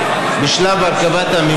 ידעת?